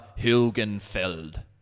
Hilgenfeld